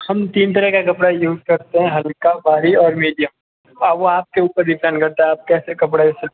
हम तीन तरह का कपड़ा यूज़ करते हैं हल्का भारी और मीडियम अब वो आपके ऊपर डिपेंड करता है आप कैसे कपड़े से